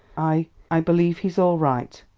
i i believe he's all right.